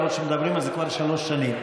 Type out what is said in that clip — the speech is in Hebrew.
למרות שמדברים על זה כבר שלוש שנים,